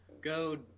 go